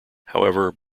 however